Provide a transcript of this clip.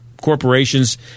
corporations